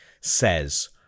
says